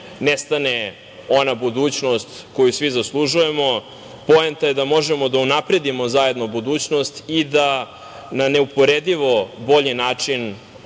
nestane ona budućnost koju svi zaslužujemo. Poenta je da možemo da unapredimo zajedno budućnost i da na neuporedivo bolji način